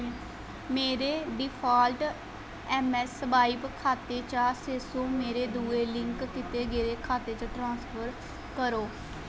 मेरे default M S swipe खाते चा छे सौ मेरे दुए लिंक कीते गेदे खाते च ट्रांसफर करो